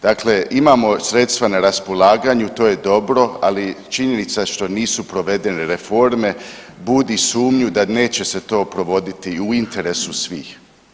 Dakle, imamo sredstva na raspolaganju to je dobro, ali činjenica što nisu provedene reforme, budi sumnju da neće se to provoditi i u interesu svih.